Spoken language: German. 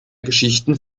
geschichten